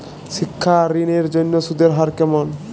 শিক্ষা ঋণ এর জন্য সুদের হার কেমন?